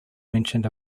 mentioned